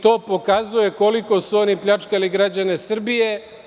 To pokazuje koliko su oni pljačkali građane Srbije.